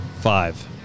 five